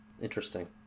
interesting